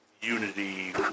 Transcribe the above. unity